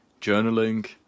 journaling